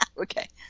okay